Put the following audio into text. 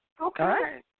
Okay